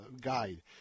guide